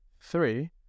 three